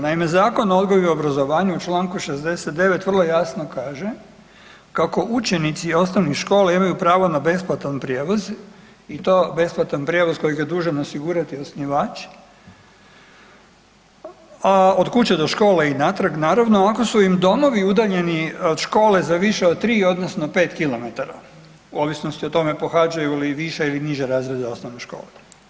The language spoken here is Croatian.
Naime, Zakon o odgoju i obrazovanju u Članku 69. vrlo jasno kaže kako učenici osnovnih škola imaju pravo na besplatan prijevoz i to besplatan prijevoz koji je zadužen osigurati osnivač, a od kuće do škole i natrag naravno ako su im domovi udaljeno od škole za više od 3 odnosno 5 km u ovisnosti o tome pohađaju li više ili niže razrede osnovne škole.